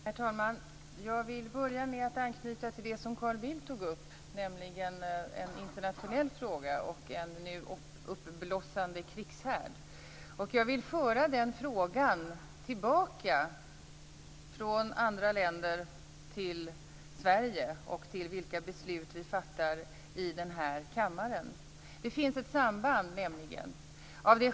Herr talman! Jag vill börja med att anknyta till det Carl Bildt tog upp, nämligen en internationell fråga, en ny uppblossande krigshärd. Jag vill föra den frågan tillbaka från andra länder till Sverige och de beslut vi fattar i denna kammare. Det finns nämligen ett samband.